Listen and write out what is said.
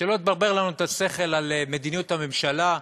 שלא תברבר לנו את השכל על מדיניות הממשלה.